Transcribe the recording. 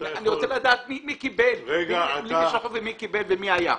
אתה יכול --- אני רוצה לדעת מי קיבל ומי היה,